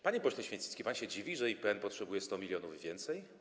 Panie pośle Święcicki, pan się dziwi, że IPN potrzebuje 100 mln więcej?